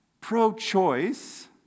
pro-choice